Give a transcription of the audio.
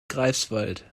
greifswald